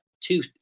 two